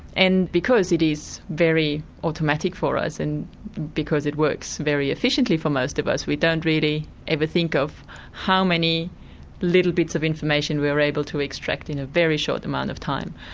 and because it is very automatic for us and because it works very efficiently for most of us we don't really ever think of how many little bits of information we are able to extract in a very short amount of time.